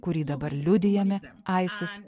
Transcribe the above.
kurį dabar liudijame aisis